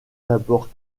d’abord